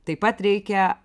taip pat reikia